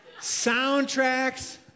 soundtracks